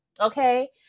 Okay